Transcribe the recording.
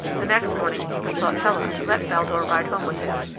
the next morning he besought hela to let baldur ride home with him,